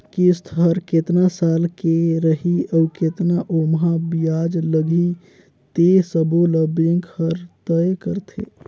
किस्त हर केतना साल के रही अउ केतना ओमहा बियाज लगही ते सबो ल बेंक हर तय करथे